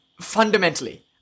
Fundamentally